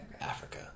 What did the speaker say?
Africa